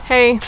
Hey